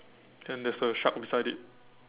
and there's a shark beside it